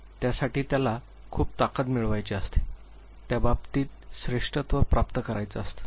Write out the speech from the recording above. त्यासाठी त्याला खूप ताकद मिळवायचे असते त्याबाबतीत श्रेष्ठत्व प्राप्त करायच असतं